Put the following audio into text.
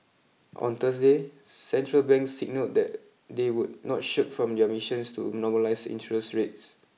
on Thursday central banks signalled that they would not shirk from their missions to normalise interest rates